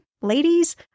ladies